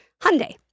Hyundai